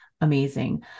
amazing